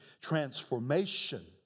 transformation